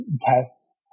tests